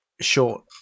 short